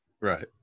Right